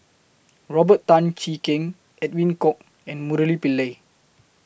Robert Tan Jee Keng Edwin Koek and Murali Pillai